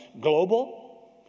global